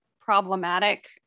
problematic